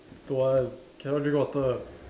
Tu Huat cannot drink water